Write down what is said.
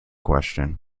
question